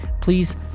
Please